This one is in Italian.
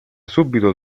subito